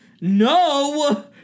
No